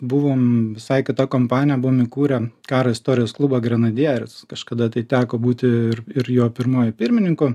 buvom visai kita kompanija buvom įkūrę karo istorijos klubą grenadierius kažkada tai teko būti ir jo pirmuoju pirmininku